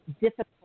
difficult